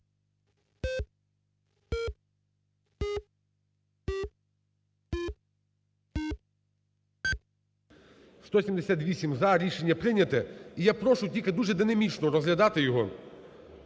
За-178 Рішення прийняте. І я прошу, тільки дуже динамічно розглядати його.